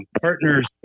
partners